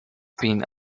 been